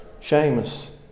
Seamus